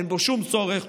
אין בו שום צורך.